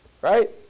Right